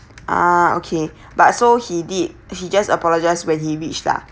ah okay but so he did he just apologize when he reached lah